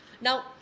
Now